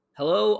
Hello